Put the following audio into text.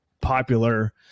popular